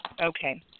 Okay